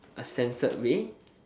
a censored way